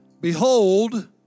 behold